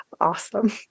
awesome